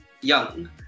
young